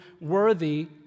worthy